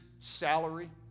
salary